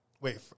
wait